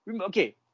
Okay